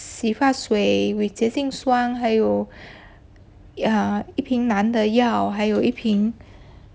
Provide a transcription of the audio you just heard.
洗发水 with 还有 err 一瓶男的药还有一瓶